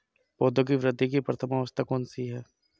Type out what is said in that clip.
पौधों की वृद्धि की प्रथम अवस्था कौन सी है?